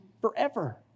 forever